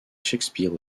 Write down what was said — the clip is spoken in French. shakespeare